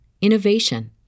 innovation